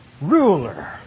ruler